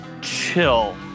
chill